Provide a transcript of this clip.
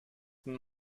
ten